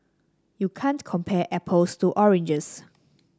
you can't compare apples to oranges